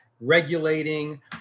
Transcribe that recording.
regulating